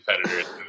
competitors